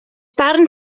barn